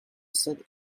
set